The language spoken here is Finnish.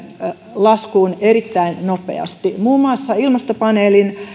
laskuun erittäin nopeasti muun muassa ilmastopaneelin